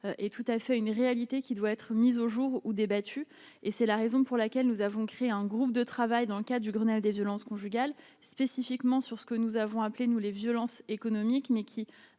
est tout à fait une réalité qui doit être mise au jour où débattu et c'est la raison pour laquelle nous avons créé un groupe de travail dans le cas du Grenelle des violences conjugales spécifiquement sur ce que nous avons appelée nous les violences économiques mais qui